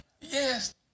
Yes